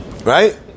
Right